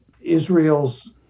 Israel's